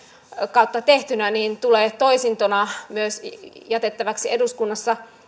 kautta tehtynä tulee toisintona myös jätettäväksi eduskunnassa